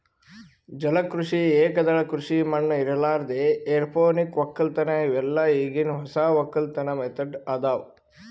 ಜಲ ಕೃಷಿ, ಏಕದಳ ಕೃಷಿ ಮಣ್ಣ ಇರಲಾರ್ದೆ ಎರೋಪೋನಿಕ್ ವಕ್ಕಲತನ್ ಇವೆಲ್ಲ ಈಗಿನ್ ಹೊಸ ವಕ್ಕಲತನ್ ಮೆಥಡ್ ಅದಾವ್